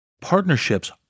Partnerships